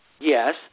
Yes